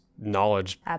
knowledge